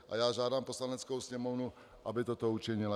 A já žádám Poslaneckou sněmovnu, aby toto učinila.